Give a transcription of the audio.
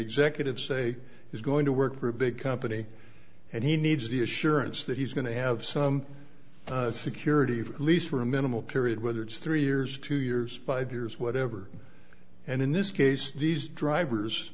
executive say is going to work for a big company and he needs the assurance that he's going to have some security for at least for a minimal period whether it's three years two years five years whatever and in this case these drivers